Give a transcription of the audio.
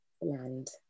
land